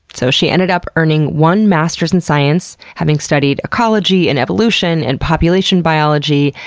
so she ended up earning one master's in science, having studied ecology and evolution and population biology,